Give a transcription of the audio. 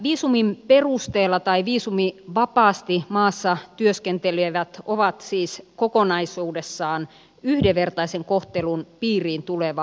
viisumin perusteella tai viisumivapaasti maassa työskentelevät ovat siis kokonaisuudessaan yhdenvertaisen kohtelun piiriin tuleva uusi ryhmä